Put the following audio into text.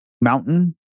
mountain